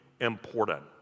important